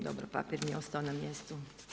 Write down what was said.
Dobro, papir mi je ostao na mjestu.